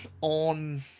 on